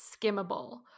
skimmable